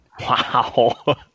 Wow